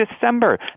December